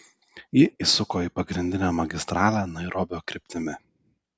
ji įsuko į pagrindinę magistralę nairobio kryptimi